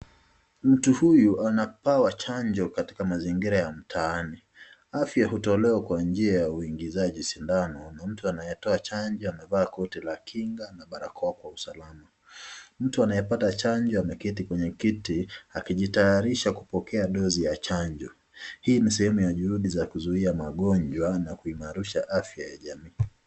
Mtu huyu anapewa chanjo katika mazingira ya mtaani. Afya hutolewa kwa njia ya uingizaji sindano na mtu anayetoa chanjo amevaa koti la kingi na barakoa kwa usalama. Mtu anayepata chanjo ameketi kwenye kiti akijitayarisha kupokea dozi ya chanjo. Hii ni sehemu ya juhudi za kuzuia magonjwa na kuimarisha afya ya jamii.